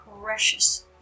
precious